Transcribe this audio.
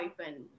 open